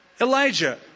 Elijah